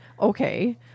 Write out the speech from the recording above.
Okay